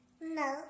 No